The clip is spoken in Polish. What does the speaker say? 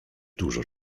dużo